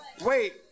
Wait